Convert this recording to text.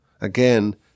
Again